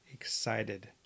excited